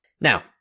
Now